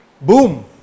boom